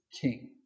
King